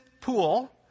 pool